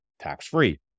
tax-free